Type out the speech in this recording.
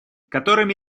которыми